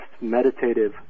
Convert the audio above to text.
meditative